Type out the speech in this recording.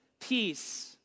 peace